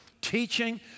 teaching